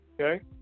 okay